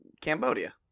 Cambodia